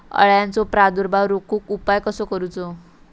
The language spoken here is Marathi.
अळ्यांचो प्रादुर्भाव रोखुक उपाय कसो करूचो?